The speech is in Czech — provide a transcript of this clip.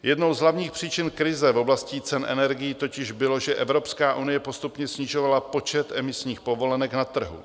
Jednou z hlavních příčin krize v oblasti cen energií totiž bylo, že Evropská unie postupně snižovala počet emisních povolenek na trhu.